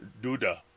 Duda